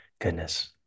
Goodness